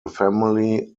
family